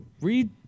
read